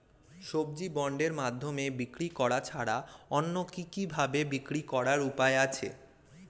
সবজি বন্ডের মাধ্যমে বিক্রি করা ছাড়া অন্য কি কি ভাবে বিক্রি করার উপায় আছে?